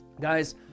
Guys